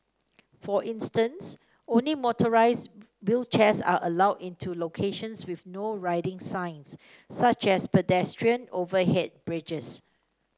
for instance only motorised wheelchairs are allowed in locations with No Riding signs such as pedestrian overhead bridges